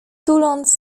tuląc